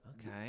Okay